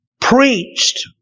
preached